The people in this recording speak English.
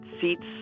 seats